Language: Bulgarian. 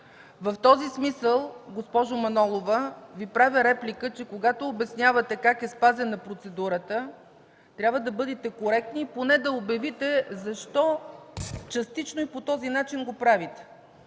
В този смисъл, госпожо Манолова, Ви правя реплика, че когато обяснявате как е спазена процедурата, трябва да бъдете коректна и поне да обявите защо частично и по този начин го правите!